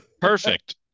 Perfect